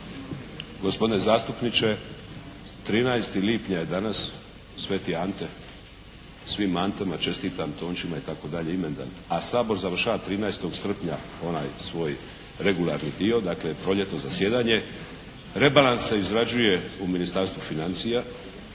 Gospodine zastupniče 13. lipnja je danas, Sveti Ante, svim Antama čestitam, Tončima, itd., imendan. A Sabor završava 13. srpnja onaj svoj regularni dio, dakle proljetno zasjedanje. Rebalans se izrađuje u Ministarstvu financija.